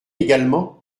également